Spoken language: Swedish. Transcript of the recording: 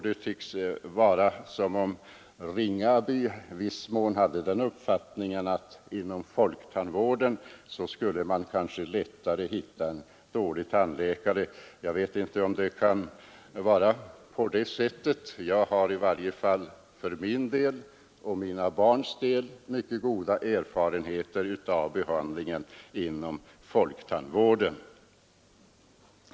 Det tycks som om herr Ringaby hade uppfattningen att man lättare skulle hitta en dålig tandläkare inom folktandvården än bland privattandläkarna. Jag vet inte om det kan vara på det sättet. Jag har i varje fall för min och mina barns del mycket goda erfarenheter av behandlingen inom folktandvården.